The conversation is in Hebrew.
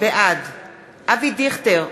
בעד אבי דיכטר,